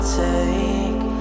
take